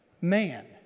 Man